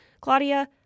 Claudia